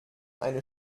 eine